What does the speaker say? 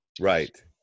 Right